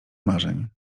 marzeń